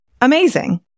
amazing